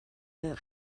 der